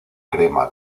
crema